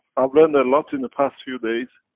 i've learned a lot in the past few days,